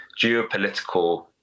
geopolitical